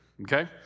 okay